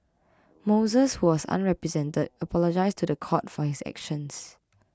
moses who was unrepresented apologised to the court for his actions